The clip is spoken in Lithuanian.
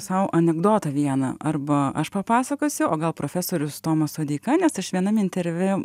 sau anekdotą vieną arba aš papasakosiu o gal profesorius tomas sodeika nes aš vienam interviu